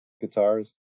guitars